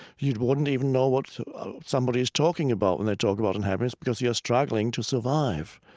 you wouldn't even know what somebody's talking about when they talk about unhappiness because you're struggling to survive.